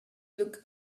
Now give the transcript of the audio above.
look